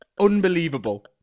Unbelievable